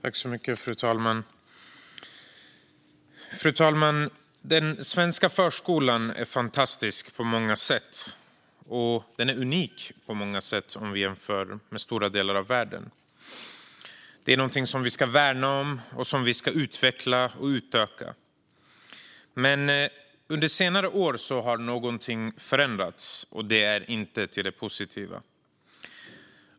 Fru talman! Den svenska förskolan är fantastisk, och den är på många sätt unik om vi jämför med stora delar av världen. Den är något som vi ska värna, utveckla och utöka. Men under senare år har någonting förändrats, och det är inte till det positiva.